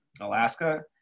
Alaska